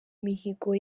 mihigo